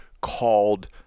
called